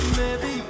baby